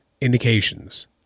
Indications